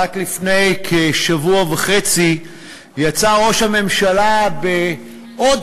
רק לפני כשבוע וחצי יצא ראש הממשלה בעוד